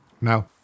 Now